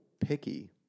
picky